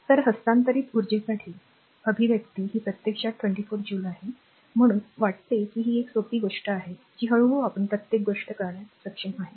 तर हस्तांतरित उर्जेसाठी अभिव्यक्ती ही प्रत्यक्षात 24 जूल आहे मला वाटते की ही एक सोपी गोष्ट आहे जी हळूहळू आता प्रत्येक गोष्ट करण्यास सक्षम आहे